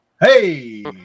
Hey